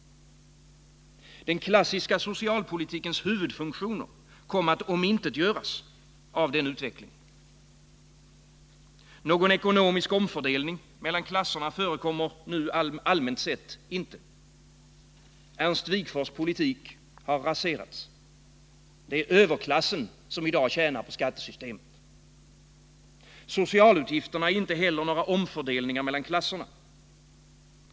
Den klassiska socialpolitikens huvudfunktioner kom att omintetgöras av denna utveckling. Någon ekonomisk omfördelning mellan klasserna förekommer nu allmänt sett inte. Ernst Wigforss politik har raserats. Det är överklassen som i dag tjänar på skattesystemet. Socialutgifterna innebär inte heller några omfördelningar mellan klasserna.